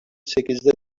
sekizde